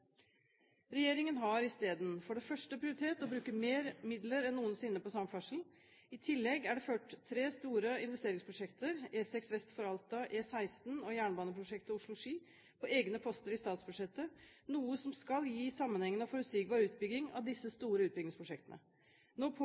Regjeringen har isteden, for det første, prioritert å bruke mer midler enn noensinne på samferdsel. For det andre er det ført tre store investeringsprosjekter – E6 vest for Alta, E16 og jernbaneprosjektet Oslo–Ski – på egne poster i statsbudsjettet, noe som skal gi sammenhengende og forutsigbar utbygging av disse store utbyggingsprosjektene. Nå